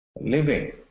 living